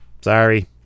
sorry